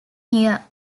here